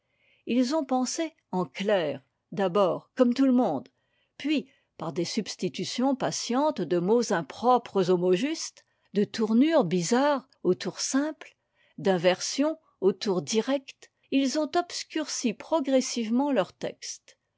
ils ont pensé en clair d'abord comme tout le monde puis par des substitutions patientes de mots impropres aux mots justes de tournures bizarres aux tours simples d'inversions aux tours directs ils ont obscurci progressivement leur texte